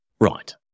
Right